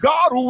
God